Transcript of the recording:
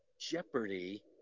jeopardy